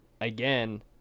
again